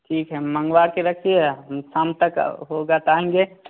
ठीक है मंगवाकर रखिए हम शाम तक होगा तो आएँगे